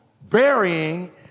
burying